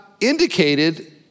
indicated